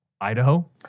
Idaho